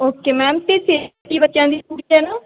okay ma'am ਫੇਰ safety ਬੱਚਿਆਂ ਦੀ ਪੂਰੀ ਹੈ ਨਾ